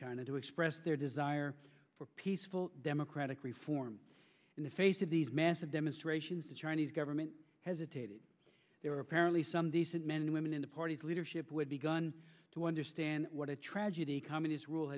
china to express their desire for peaceful democratic reforms in the face of these massive demonstrations the chinese government hesitated they were apparently some decent men and women in the party's leadership would be gone to understand what a tragedy communist rule